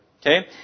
okay